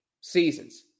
seasons